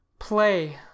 Play